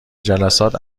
جلسات